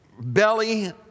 belly